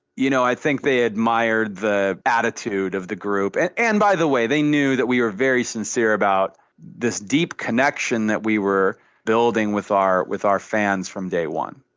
you know, i think they admired the attitude of the group. and and by the way, they knew that we were very sincere about this deep connection that we were building with our with our fans from day one.